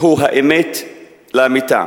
הוא האמת לאמיתה?